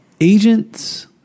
agents